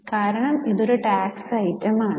കാരണം ഇത് ഒരു ടാക്സ് ഐറ്റം ആണ്